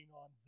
on